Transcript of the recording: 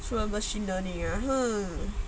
除了 machine learning